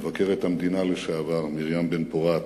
מבקרת המדינה לשעבר מרים בן-פורת,